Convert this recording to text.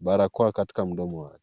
barakoa katika mdomo wake.